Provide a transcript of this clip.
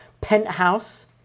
penthouse